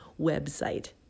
website